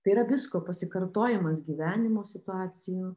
tai yra visko pasikartojimas gyvenimo situacijų